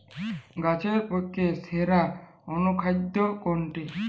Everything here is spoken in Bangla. গাছের পক্ষে সেরা অনুখাদ্য কোনটি?